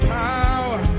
power